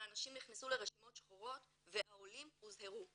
והאנשים האלה נכנסו לרשימות שחורות והעולים הוזהרו.